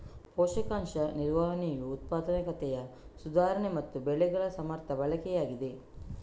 ಪೋಷಕಾಂಶ ನಿರ್ವಹಣೆಯು ಉತ್ಪಾದಕತೆಯ ಸುಧಾರಣೆ ಮತ್ತೆ ಬೆಳೆಗಳ ಸಮರ್ಥ ಬಳಕೆಯಾಗಿದೆ